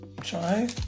try